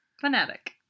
fanatic